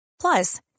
Plus